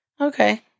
Okay